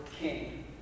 King